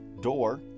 door